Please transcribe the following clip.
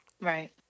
Right